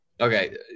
Okay